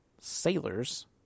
sailors